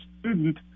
student